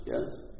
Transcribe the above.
Yes